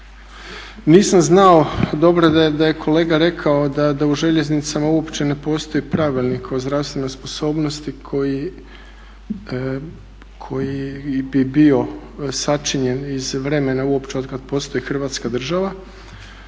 nisam znao, dobro da je kolega rekao da u željeznicama uopće ne postoji Pravilnik o zdravstvenoj sposobnosti koji bi bio sačinjen iz vremena uopće otkad postoji Hrvatska država.